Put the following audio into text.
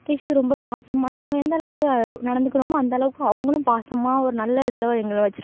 teachers ரொம்ப பாசமானவங்க நாங்கள் எந்தளவுக்கு நடந்துக்கிறோமோ அந்தளவுக்கு அவங்களும் பாசமாக ஒரு நல்ல இதில் எங்களை வைச்சிருப்பாங்க